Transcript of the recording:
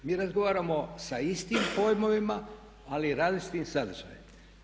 Mi razgovaramo sa istim pojmovima ali različitim sadržajem.